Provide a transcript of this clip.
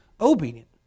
obedient